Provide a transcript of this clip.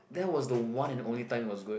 that was the one and only time it was good